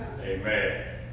Amen